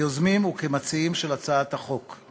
כיוזמים וכמציעים של הצעת החוק.